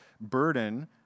burden